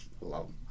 love